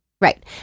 Right